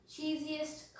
cheesiest